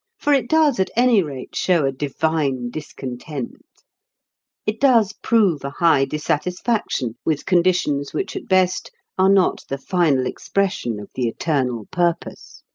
for it does at any rate show a divine discontent it does prove a high dissatisfaction with conditions which at best are not the final expression of the eternal purpose.